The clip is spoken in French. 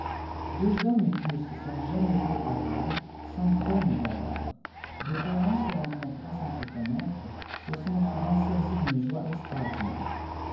deux hommes qui ne se sont jatnais vus auparavant s'entr'aiment d'abord des parents se ren ontrani skà se eoanakpej se sentent souvent saisis d'une joie exfiraordinaité